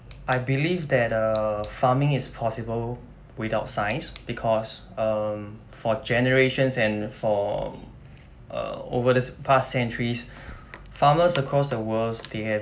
I believe that uh farming is possible without science because um for generations and for err over these past centuries farmers across the world they have